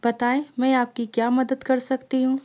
بتائیں میں آپ کی کیا مدد کر سکتی ہوں